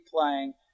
playing